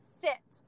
sit